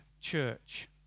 church